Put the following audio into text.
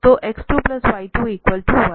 तो x2y21